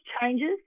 changes